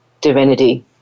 divinity